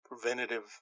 preventative